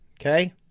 Okay